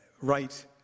right